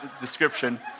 description